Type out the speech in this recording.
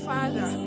Father